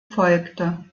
folgte